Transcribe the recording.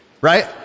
right